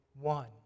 one